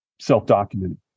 self-documented